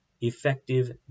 effective